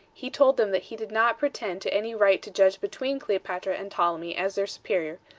he told them that he did not pretend to any right to judge between cleopatra and ptolemy as their superior,